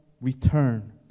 return